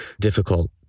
difficult